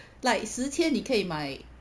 like 十千你可以买